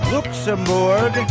Luxembourg